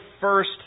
first